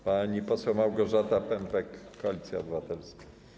Pani poseł Małgorzata Pępek, Koalicja Obywatelska.